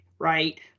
Right